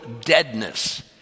deadness